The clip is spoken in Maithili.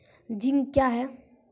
जिंक क्या हैं?